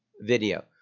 video